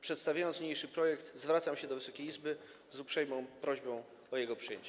Przedstawiając niniejszy projekt, zwracam się do Wysokiej Izby z uprzejmą prośbą o jego przyjęcie.